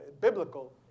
biblical